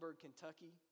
Kentucky